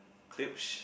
clips